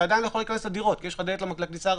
אתה עדיין לא יכול להיכנס לדירות כי יש לך מפתח לכניסה הראשית,